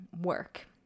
work